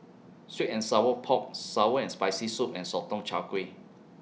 Sweet and Sour Pork Sour and Spicy Soup and Sotong Char Kway